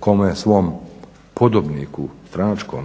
kome svom podobniku stranačku